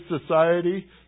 society